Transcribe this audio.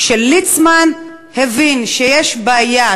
כשליצמן הבין שיש בעיה,